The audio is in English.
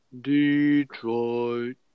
Detroit